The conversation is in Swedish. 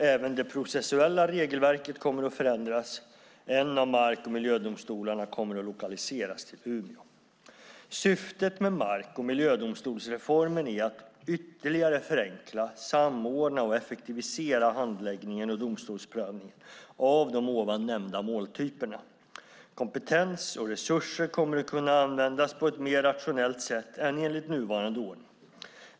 Även det processuella regelverket kommer att förändras. En av mark och miljödomstolarna kommer att lokaliseras till Umeå. Syftet med mark och miljödomstolsreformen är att ytterligare förenkla, samordna och effektivisera handläggningen och domstolsprövningen av de ovan nämnda måltyperna. Kompetens och resurser kommer att kunna användas på ett mer rationellt sätt än enligt nuvarande ordning.